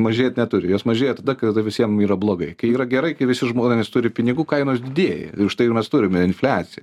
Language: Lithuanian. mažėt neturi jos mažėja tada kada visiem yra blogai kai yra gerai kai visi žmonės turi pinigų kainos didėja ir štai mes turime infliaciją